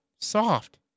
Soft